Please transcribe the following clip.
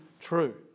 true